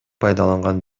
пайдаланган